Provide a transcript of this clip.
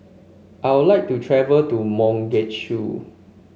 I would like to travel to Mogadishu